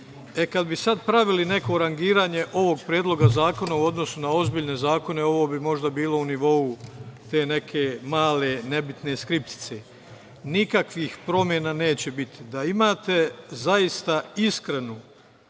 kada bi sada pravili neko rangiranje ovog Predloga zakona u odnosu na ozbiljne zakone ovo bi možda bilo u nivou te neke male nebitne skriptice. Nikakvih promena neće biti. Da imate zaista iskrenu